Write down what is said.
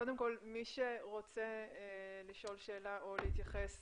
קודם כל מי שרוצה לשאול שאלה או להתייחס